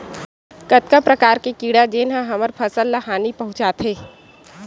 कतका प्रकार के कीड़ा जेन ह हमर फसल ल हानि पहुंचाथे?